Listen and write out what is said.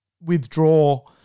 withdraw